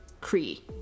Cree